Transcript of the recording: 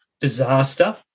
disaster